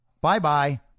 bye-bye